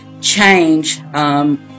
change